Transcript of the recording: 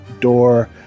door